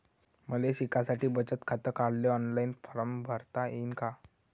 मले शिकासाठी बचत खात काढाले ऑनलाईन फारम भरता येईन का?